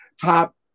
top